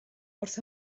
wrth